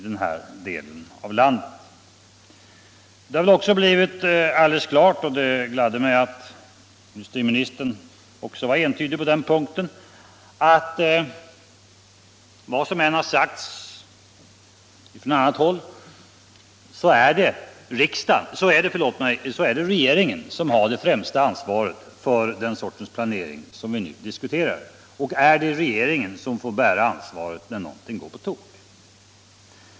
Det har också blivit alldeles klart — industriministern var entydig på den punkten — att det är regeringen som har det främsta ansvaret för den sortens planering som vi nu diskuterar och som får bära ansvaret när någonting går på tok.